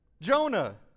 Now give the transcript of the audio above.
Jonah